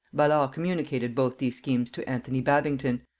ballard communicated both these schemes to anthony babington,